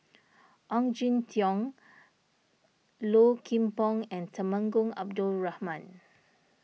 Ong Jin Teong Low Kim Pong and Temenggong Abdul Rahman